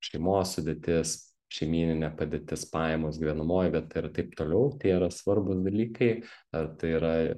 šeimos sudėtis šeimyninė padėtis pajamos gyvenamoji vieta ir taip toliau tie yra svarbūs dalykai ar tai yra